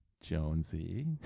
Jonesy